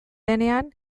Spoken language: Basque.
denean